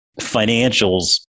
financials